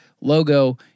logo